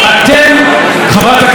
חברת הכנסת בירן,